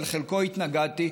אבל לחלקו התנגדתי,